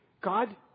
God